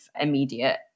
immediate